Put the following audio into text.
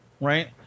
right